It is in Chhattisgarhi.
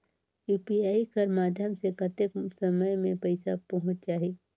यू.पी.आई कर माध्यम से कतेक समय मे पइसा पहुंच जाहि?